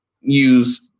use